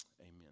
amen